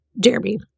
Jeremy